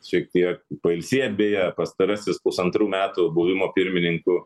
šiek tiek pailsėt beje pastarasis pusantrų metų buvimo pirmininku